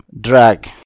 drag